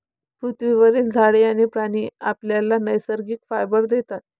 पृथ्वीवरील झाडे आणि प्राणी आपल्याला नैसर्गिक फायबर देतात